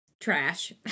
Trash